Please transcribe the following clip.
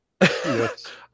Yes